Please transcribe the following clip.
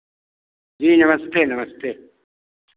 जी नमस्ते नमस्ते